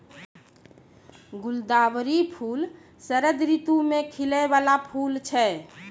गुलदावरी फूल शरद ऋतु मे खिलै बाला फूल छै